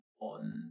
on